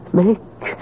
make